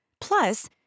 Plus